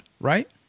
right